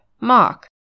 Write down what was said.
Mark